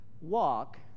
Walk